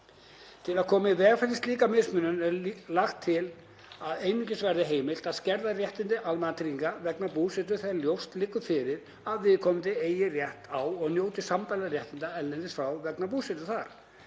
Til að koma í veg fyrir slíka mismunun er lagt til að einungis verði heimilt að skerða réttindi almannatrygginga vegna búsetu þegar ljóst liggur fyrir að viðkomandi eigi rétt á og njóti sambærilegra réttinda erlendis frá vegna búsetu þar.